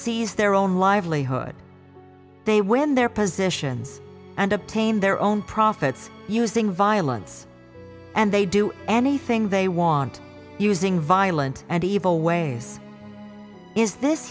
seize their own livelihood they win their positions and obtain their own profits using violence and they do anything they want using violent and evil ways is this